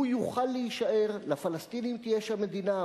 הוא יוכל להישאר, לפלסטינים תהיה שם מדינה.